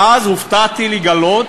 ואז הופתעתי לגלות